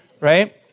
right